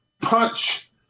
punch